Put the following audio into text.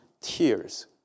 tears